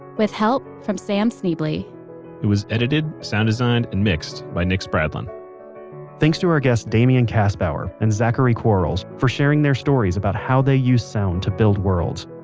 with help from sam schneble. it was edited, sound designed and mixed by nick spradlin thanks to our guests damien kastbauer and zachary quarles for sharing their stories about how they use sound to build worlds.